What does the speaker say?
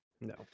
No